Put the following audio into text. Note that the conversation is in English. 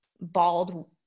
bald